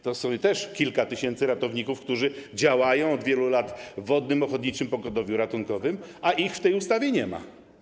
Te osoby to jest kilka tysięcy ratowników, którzy działają od wielu lat w Wodnym Ochotniczym Pogotowiu Ratunkowym, a ich w tej ustawie nie ma.